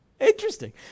Interesting